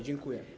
Dziękuję.